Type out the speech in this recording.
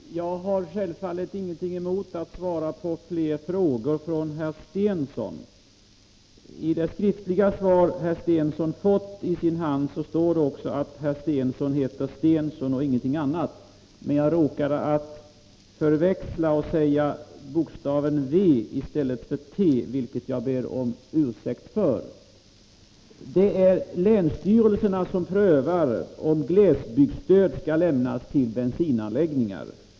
Herr talman! Jag har självfallet ingenting emot att svara på fler frågor från herr Stensson. I det skriftliga svaret som herr Stensson har fått i sin hand står det också att herr Stensson heter Stensson och ingenting annat. Men jag råkade förväxla och säga bokstaven v i stället för t, vilket jag ber om ursäkt för. Länsstyrelserna prövar om glesbygdsstöd skall lämnas till bensinanläggningar.